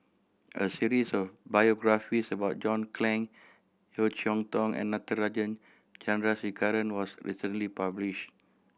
a series of biographies about John Clang Yeo Cheow Tong and Natarajan Chandrasekaran was recently published